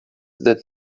that